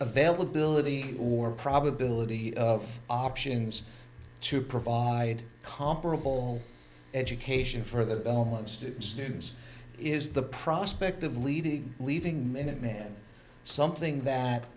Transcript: availability or probability of options to provide comparable education for the elements to snooze is the prospect of leaving leaving minuteman something that